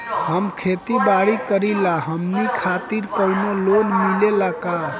हम खेती बारी करिला हमनि खातिर कउनो लोन मिले ला का?